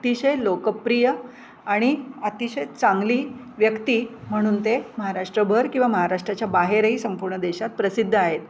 अतिशय लोकप्रिय आणि अतिशय चांगली व्यक्ती म्हणून ते महाराष्ट्रभर किंवा महाराष्ट्राच्या बाहेरही संपूर्ण देशात प्रसिद्ध आहेत